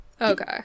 Okay